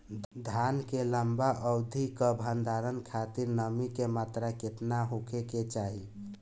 धान के लंबा अवधि क भंडारण खातिर नमी क मात्रा केतना होके के चाही?